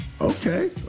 Okay